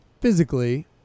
physically